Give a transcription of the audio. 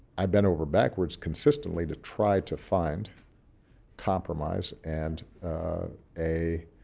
i bent over backwards consistently to try to find compromise and a